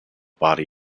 body